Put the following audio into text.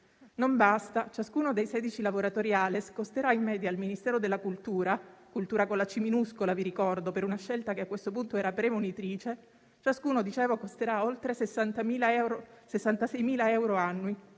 Non basta: ciascuno dei 16 lavoratori ALES costerà in media al Ministero della cultura (cultura con la c minuscola, vi ricordo, per una scelta che a questo punto era premonitrice) oltre 66.000 euro annui,